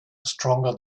stronger